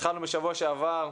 התחלנו בשבוע שעבר,